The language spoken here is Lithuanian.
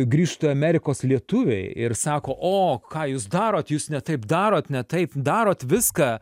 grįžta amerikos lietuviai ir sako o ką jūs darot jūs ne taip darot ne taip darot viską